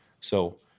So-